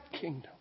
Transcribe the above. kingdom